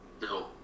No